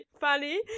funny